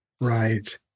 Right